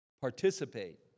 participate